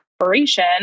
operation